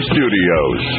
Studios